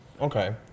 Okay